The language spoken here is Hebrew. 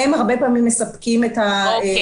הם הרבה פעמים מספקים את הצורך.